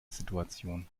situation